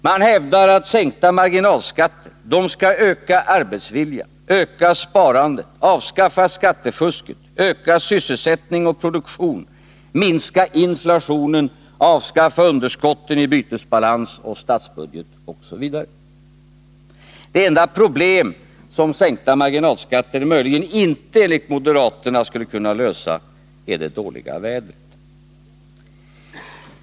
Man hävdar att sänkta marginalskatter skulle öka arbetsviljan, öka sparandet, avskaffa skattefusket, öka sysselsättning och produktion, minska inflationen, avskaffa underskotten i bytesbalans och statsbudget osv. Det enda problem som sänkta marginalskatter möjligen inte enligt moderaterna skulle kunna lösa är det dåliga vädret.